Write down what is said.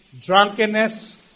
drunkenness